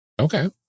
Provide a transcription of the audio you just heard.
Okay